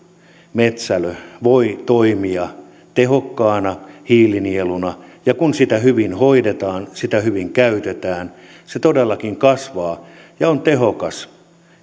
metsälö voi toimia tehokkaana hiilinieluna ja kun sitä hyvin hoidetaan sitä hyvin käytetään se todellakin kasvaa ja on tehokas